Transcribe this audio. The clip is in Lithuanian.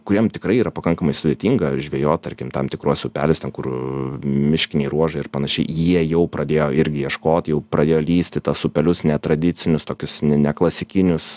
kuriem tikrai yra pakankamai sudėtinga žvejot tarkim tam tikruos upeliuos ten kur miškiniai ruožai ir panašiai jie jau pradėjo irgi ieškot jau pradėjo lįst į tas upelius netradicinius tokius ne neklasikinius